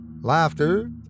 Laughter